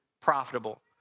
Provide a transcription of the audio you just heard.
profitable